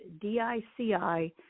D-I-C-I